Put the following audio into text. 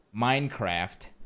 Minecraft